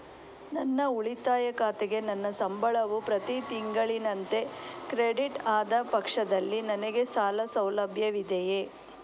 ನನ್ನ ಉಳಿತಾಯ ಖಾತೆಗೆ ನನ್ನ ಸಂಬಳವು ಪ್ರತಿ ತಿಂಗಳಿನಂತೆ ಕ್ರೆಡಿಟ್ ಆದ ಪಕ್ಷದಲ್ಲಿ ನನಗೆ ಸಾಲ ಸೌಲಭ್ಯವಿದೆಯೇ?